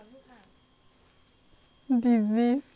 disease